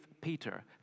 Peter